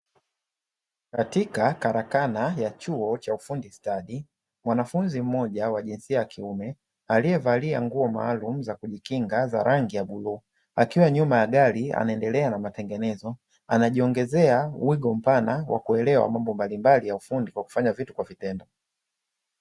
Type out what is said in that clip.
Katika karakana ya chuo cha ufundi stadi, mwanafunzi mmoja wa jinsia ya kiume, aliyevalia nguo maalumu za kujikinga za rangi ya bluu, akiwa nyuma ya gari, anaendelea na matengenezo; anajiongezea wigo mpana wa kuelewa mambo mbalimbali ya ufundi, kwa kufanya vitu kwa vitendo.